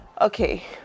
Okay